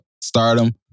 stardom